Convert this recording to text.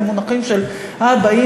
במונחים של אבא,